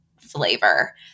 flavor